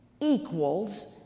equals